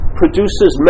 produces